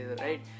right